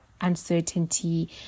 uncertainty